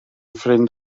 ffrind